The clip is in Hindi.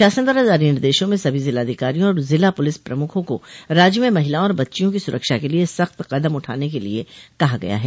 शासन द्वारा जारी निर्देशों में सभी जिलाधिकारियों और जिला पुलिस प्रमुखों को राज्य में महिलाओं और बच्चियों की सुरक्षा के लिए सख्त कदम उठाने के लिए कहा गया है